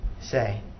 say